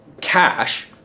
cash